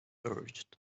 urged